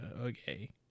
okay